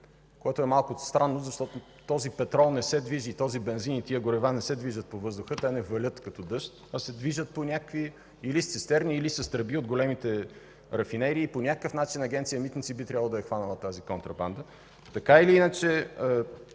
което е малко странно, защото този петрол, този бензин и тези горива не се движат по въздуха, те не валят като дъжд, а се движат или с цистерни, или с тръби от големите рафинерии. По някакъв начин Агенция „Митници” трябва да е хванала тази контрабанда. Моята прогноза е,